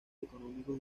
económicos